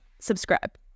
Subscribe